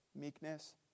meekness